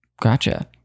Gotcha